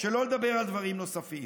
שלא לדבר על דברים נוספים.